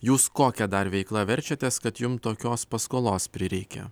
jūs kokia dar veikla verčiatės kad jums tokios paskolos prireikė